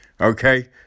Okay